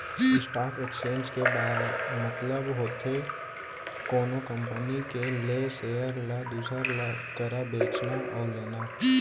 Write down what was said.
stock exchange के मतलब होथे कोनो कंपनी के लेय सेयर ल दूसर करा बेचना अउ लेना